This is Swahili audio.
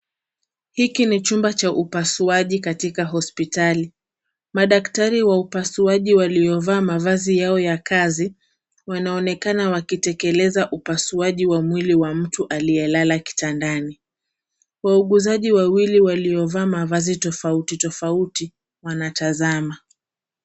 Hiki ni chumba cha upasuaji kwenye hospitali. Madaktari wa upasuaji waliovaa mavazi yao ya kazi, wanaonekana wakitekeleza upasuaji wa mwili wa mtu aliyelala kitandani. Wauguzi wawili waliovaa mavazi tofauti tofauti wanatazama.